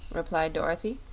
replied dorothy.